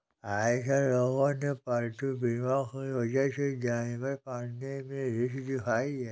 आजकल लोगों ने पालतू बीमा की वजह से जानवर पालने में रूचि दिखाई है